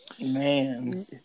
man